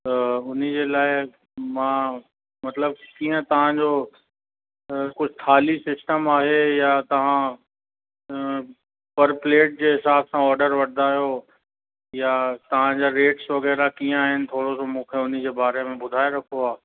त हुन जे लाइ मां मतलबु कीअं तव्हांजो कुझु थाल्ही सिस्टम आहे या तव्हां पर लेट जे हिसाब सां ऑडर वठंदा आहियो या तव्हांजा रेट्स वग़ैरह कीअं आहिनि थोरो सो मूंखे हुनजे बारे में ॿुधाए रखो हा